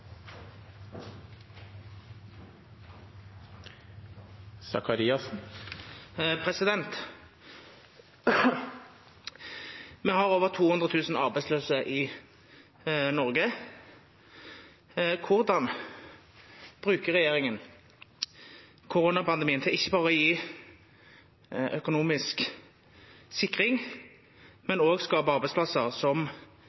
Me har over 200 000 arbeidslause i Noreg. Korleis brukar regjeringa koronapandemien til ikkje berre å gje økonomisk sikring,